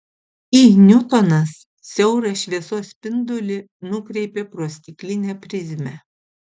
i niutonas siaurą šviesos spindulį nukreipė pro stiklinę prizmę